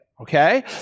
Okay